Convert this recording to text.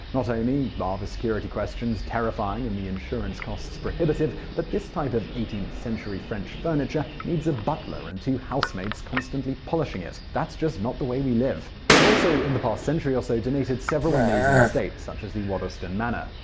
not only are but the security questions terrifying and the insurance costs prohibitive, but this type of eighteenth century french furniture needs a butler and two housemaids constantly polishing it. that's just not the way we live. they've also in the last century or so donated several amazing estates, such as the waddesdon manor